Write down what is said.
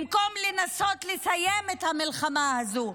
במקום לנסות לסיים את המלחמה הזאת,